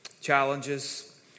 challenges